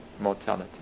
mortality